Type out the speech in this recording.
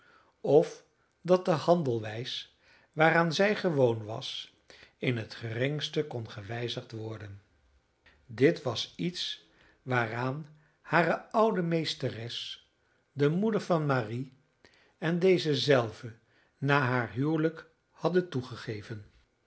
of dat de handelwijs waaraan zij gewoon was in het geringste kon gewijzigd worden dit was iets waaraan hare oude meesteres de moeder van marie en deze zelve na haar huwelijk hadden toegegeven